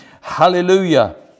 hallelujah